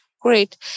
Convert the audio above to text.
Great